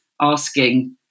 asking